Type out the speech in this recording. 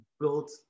Build